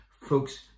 folks